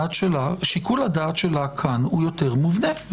שיקול הדעת שלה כאן יותר מובנה.